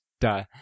duh